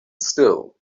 still